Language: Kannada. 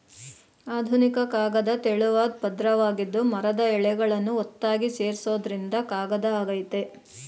ಆಧುನಿಕ ಕಾಗದ ತೆಳುವಾದ್ ಪದ್ರವಾಗಿದ್ದು ಮರದ ಎಳೆಗಳನ್ನು ಒತ್ತಾಗಿ ಸೇರ್ಸೋದ್ರಿಂದ ಕಾಗದ ಆಗಯ್ತೆ